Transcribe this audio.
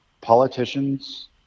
politicians